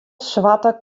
swarte